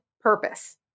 purpose